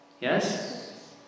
yes